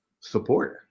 support